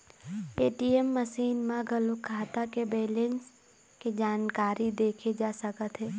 ATM machine म घलोक खाता के बेलेंस के जानकारी देखे जा सकत हे